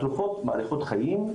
התרופות מאריכות חיים,